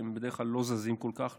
כי הם בדרך כלל לא זזים כל כך,